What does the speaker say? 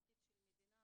עתיד של מדינה,